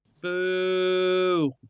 Boo